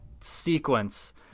sequence